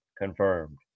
confirmed